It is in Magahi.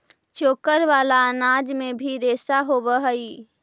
चोकर वाला अनाज में भी रेशा होवऽ हई